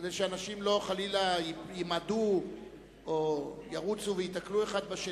כדי שאנשים חלילה לא ימעדו או ירוצו וייתקלו אחד בשני.